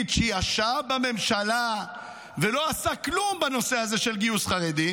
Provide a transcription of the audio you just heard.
שישב בממשלה ולא עשה כלום בנושא הזה של גיוס חרדים,